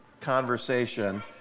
conversation